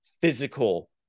physical